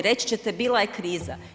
Reći ćete bila je kriza.